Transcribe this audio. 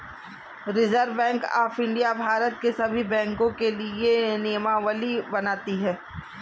reserve Bank of India Bharat के सभी बैंकों के लिए नियमावली बनाती है